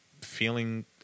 feeling